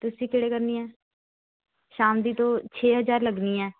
ਤੁਸੀਂ ਕਿਹੜੇ ਕਰਨੀ ਹੈ ਸ਼ਾਮ ਦੀ ਤੋ ਛੇ ਹਜ਼ਾਰ ਲੱਗਨੀ ਹੈ